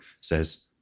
says